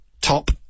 top